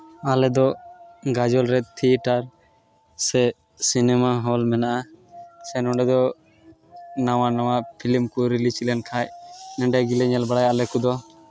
ᱟᱞᱮ ᱫᱚ ᱜᱟᱡᱚᱞ ᱨᱮ ᱛᱷᱤᱭᱮᱴᱟᱨ ᱥᱮ ᱥᱤᱱᱮᱢᱟ ᱦᱚᱞ ᱢᱮᱱᱟᱜᱼᱟ ᱥᱮ ᱱᱚᱰᱮ ᱫᱚ ᱱᱟᱣᱟ ᱱᱟᱣᱟ ᱯᱷᱤᱞᱤᱢ ᱠᱚ ᱨᱤᱞᱤᱡᱽ ᱞᱮᱱᱠᱷᱟᱡ ᱮᱸᱰᱮ ᱜᱮᱞᱮ ᱧᱮᱞ ᱵᱟᱲᱟᱭᱟ ᱟᱞᱮ ᱠᱚᱫᱚ